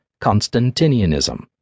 Constantinianism